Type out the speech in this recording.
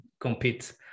compete